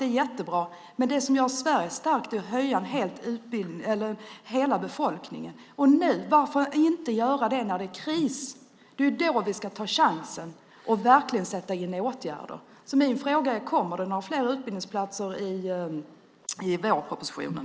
Det är jättebra, men det som gör Sverige starkt är att höja hela befolkningens utbildningsnivå. Varför då inte göra det när det är kris? Det är nu vi ska ta chansen och verkligen sätta in åtgärder. Min fråga är: Kommer det några fler utbildningsplatser i vårpropositionen?